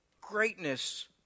greatness